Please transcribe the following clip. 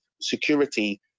security